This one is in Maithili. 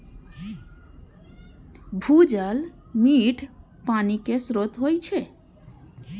भूजल मीठ पानिक स्रोत होइ छै